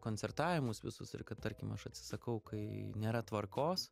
koncertavimus visus ir kad tarkim aš atsisakau kai nėra tvarkos